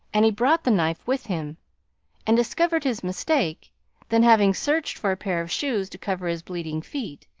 and he brought the knife with him and discovered his mistake then, having searched for a pair of shoes to cover his bleeding feet,